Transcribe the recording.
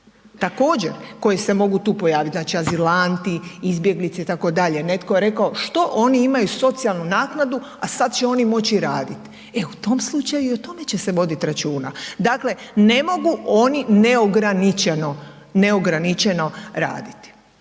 također koje se mogu tu pojavit, znači azilanti, izbjeglice itd., netko je rekao što oni imaju socijalnu naknadu, a sad će oni moć i radit, e u tom slučaju i o tome će se vodit računa, dakle ne mogu oni neograničeno,